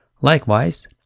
likewise